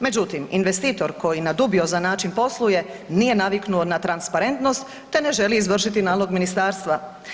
Međutim, investitor koji na dubiozan način posluje nije naviknuo na transparentnost, te ne želi izvršiti nalog ministarstva.